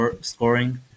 scoring